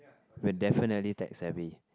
when definitely tech savvy